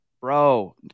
bro